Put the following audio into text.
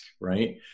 right